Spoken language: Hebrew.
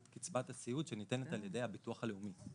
קצבת הסיעוד שניתנת על ידי הביטוח הלאומי.